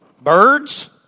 Birds